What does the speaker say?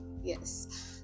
yes